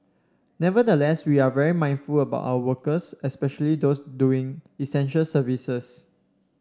nevertheless we are very mindful about our workers especially those doing essential services